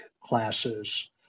classes